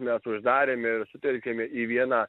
mes uždarėme ir sutelkėme į vieną